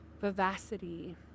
vivacity